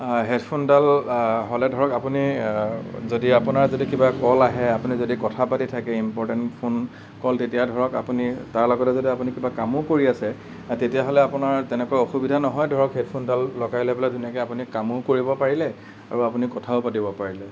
হেডফোনডাল হ'লে ধৰক আপুনি যদি আপোনাৰ যদি কিবা কল আহে আপুনি যদি কথা পাতি থাকে ইম্পৰ্টেণ্ট ফোন কল তেতিয়া ধৰক আপুনি তাৰ লগতে যদি আপুনি কিবা কামো কৰি আছে তেতিয়া হ'লে আপোনাৰ তেনেকুৱা অসুবিধা নহয় ধৰক হেডফোনডাল লগাই লৈ পেলাই ধুনীয়াকে আপুনি কামো কৰিব পাৰিলে আৰু আপুনি কথাও পাতিব পাৰিলে